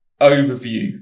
overview